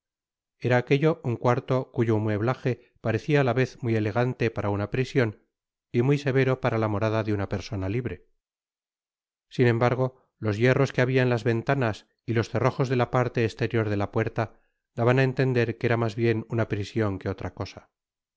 era aquello un cuarto cuyo mueblaje parecia á la vez muy elegante para una prision y muy severo para la morada de una persona libre sin embargo los hierros que habia en las ventanas y los cerrojos de la parle citerior de la puerta daban á entender que era mas bien una prision que otra cosa